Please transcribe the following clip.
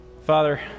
Father